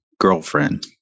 girlfriend